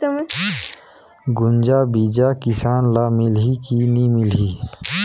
गुनजा बिजा किसान ल मिलही की नी मिलही?